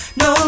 no